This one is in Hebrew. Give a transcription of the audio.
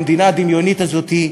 במדינה הדמיונית הזאת,